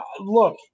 Look